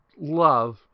love